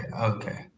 Okay